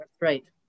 right